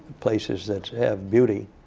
places that have beauty,